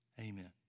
amen